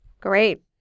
Great